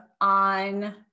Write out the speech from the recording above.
on